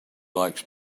likes